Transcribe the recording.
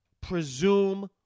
presume